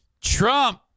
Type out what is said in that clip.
Trump